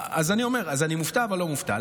אז אני אומר: אני מופתע אבל לא מופתע.